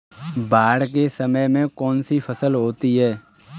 बाढ़ के समय में कौन सी फसल होती है?